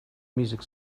music